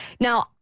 Now